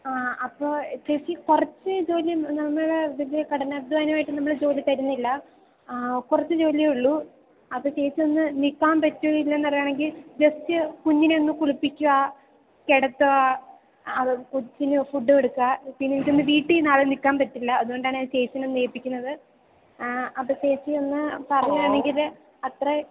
ആ അപ്പോൾ ചേച്ചി കുറച്ച് ജോലി നമ്മൾ വലിയ കഠിനാധ്വാനം ആയിട്ട് നമ്മൾ ജോലി തരുന്നില്ല കുറച്ച് ജോലിയെ ഉള്ളു അപ്പം ചേച്ചിയൊന്ന് നിൽക്കാന് പറ്റുമോ ഇല്ലയോ എന്നറിയുകയാണെങ്കിൽ ജസ്റ്റ് കുഞ്ഞിനെ ഒന്ന് കുളിപ്പിക്കുക കിടത്തുക അത് കൊച്ചിന് ഫുഡ് കൊടുക്കുക പിന്നെ എനിക്കൊന്ന് വീട്ടിൽ നാളെ നിൽക്കാന് പറ്റില്ല അതുകൊണ്ടാണ് ഞാന് ചേച്ചീനെ ഒന്ന് ഏൽപ്പിക്കുന്നത് അപ്പം ചേച്ചിയൊന്ന് പറയുകയായിരുന്നെങ്കിൽ അത്രയും